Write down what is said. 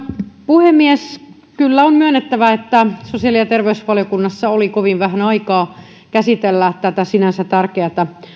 puhemies kyllä on myönnettävä että sosiaali ja terveysvaliokunnassa oli kovin vähän aikaa käsitellä tätä sinänsä tärkeätä